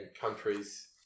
countries